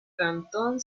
cantón